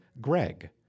Greg